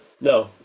No